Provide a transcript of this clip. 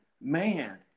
man